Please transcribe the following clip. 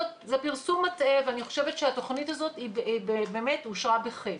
זה פרסום מטעה ואני חושבת שהתכנית הזאת באמת אושרה בחטא.